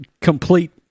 complete